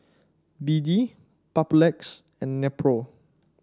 B D Papulex and Nepro